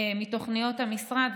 מתוכניות המשרד,